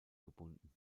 gebunden